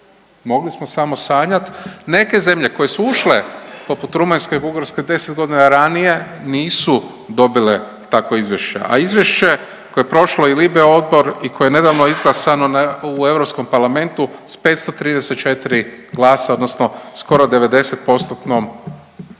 mogli smo samo sanjat. Neke zemlje koje su ušle poput Rumunje i Bugarske 10 godina ranije nisu dobile takvo izvješće, a izvješće koje je prošlo i …/Govornik se ne razumije./… odbor i koje je nedavno izglasano u Europskom parlamentu s 534 glasa odnosno skoro 90%-tnom